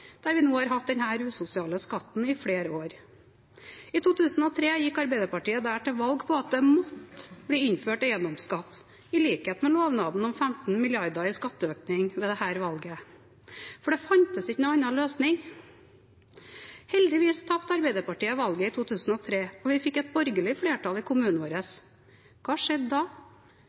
der vi har hatt denne usosiale skatten i flere år. I 2003 gikk Arbeiderpartiet der til valg på at det måtte bli innført eiendomsskatt – i likhet med lovnaden om 15 mrd. kr i skatteøkning ved dette valget – fordi det ikke fantes noen annen løsning. Heldigvis tapte Arbeiderpartiet valget i 2003, og vi fikk et borgerlig flertall i kommunen vår. Hva skjedde da?